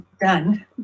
Done